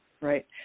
Right